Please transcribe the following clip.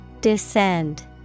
Descend